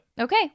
Okay